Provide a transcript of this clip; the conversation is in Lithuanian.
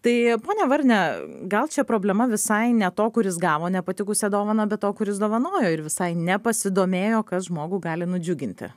tai pone varne gal čia problema visai ne to kuris gavo nepatikusią dovaną bet to kuris dovanojo ir visai nepasidomėjo kas žmogų gali nudžiuginti